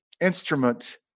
instruments